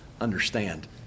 understand